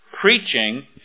preaching